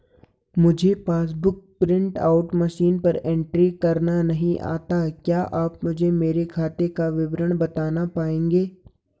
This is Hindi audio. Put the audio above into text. मुझे passbook book print out machine पर एंट्री करना नहीं आता है क्या आप मुझे मेरे खाते का विवरण बताना पाएंगे?